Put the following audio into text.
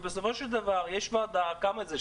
ובסופו של דבר יש ועדה כמה זה?